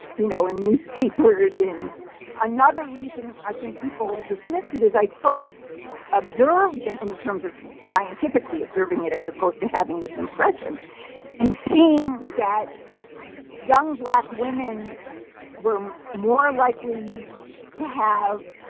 you know, in newspapers, in another reason i think people dismissed it is i first observed in terms of scientifically observing it as opposed to having this impression in seeing that young black women were more likely to have,